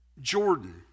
Jordan